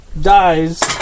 dies